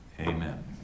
Amen